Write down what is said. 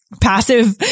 passive